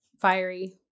fiery